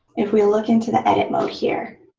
if we look into the edit mode here